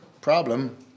problem